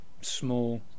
small